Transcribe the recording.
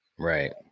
Right